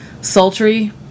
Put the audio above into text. sultry